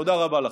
תודה רבה לכם.